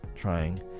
trying